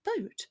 boat